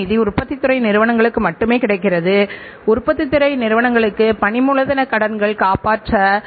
இதிலிருந்து நாம் விற்பனைக்குச் செல்கிறோம் இங்கு விற்பனையானது பணமாக மாறுகின்றது